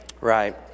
Right